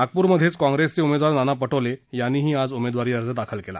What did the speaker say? नागपूरमधे काँग्रेसचे उमेदवार नाना पटोळे यांनीही आज उमेदवारी अर्ज दाखल केला